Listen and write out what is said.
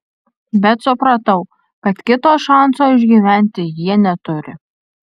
bet supratau kad kito šanso išgyventi jie neturi